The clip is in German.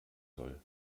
soll